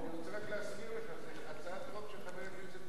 אני רוצה רק להזכיר לך שזאת הצעת החוק של חבר הכנסת מאיר שטרית.